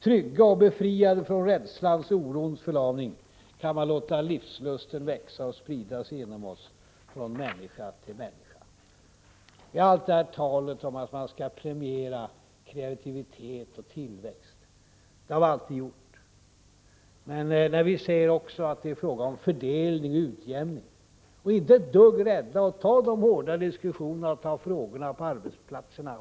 Trygga och befriade från rädslans och orons förlamning kan vi låta livslusten växa och sprida sig inom oss och från människa till människa. Det talas så mycket om att man skall premiera kreativitet och tillväxt — det har vi alltid gjort — men vi säger också att det är fråga om fördelning och utjämning och är inte ett dugg rädda att ta de hårda diskussionerna och ta upp frågorna på arbetsplatserna.